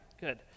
good